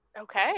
okay